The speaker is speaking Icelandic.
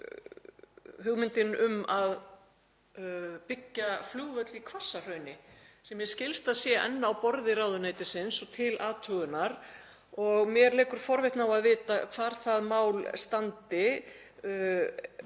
það hugmyndin um að byggja flugvöll í Hvassahrauni sem mér skilst að sé enn á borði ráðuneytisins og til athugunar. Mér leikur forvitni á að vita hvar það mál stendur.